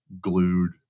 glued